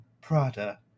Prada